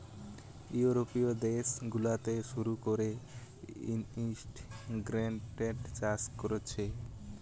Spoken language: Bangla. ইউরোপীয় দেশ গুলাতে শুরু কোরে ইন্টিগ্রেটেড চাষ কোরছে